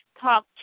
talk